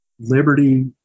Liberty